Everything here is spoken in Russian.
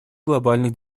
глобальных